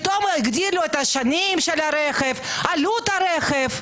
פתאום הגדילו את שנות הרכב, עלות הרכב.